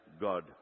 God